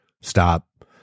stop